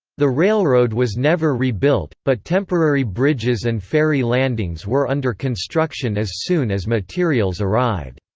the railroad was never rebuilt, but temporary bridges and ferry landings were under construction as soon as materials arrived.